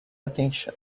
attention